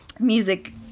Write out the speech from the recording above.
Music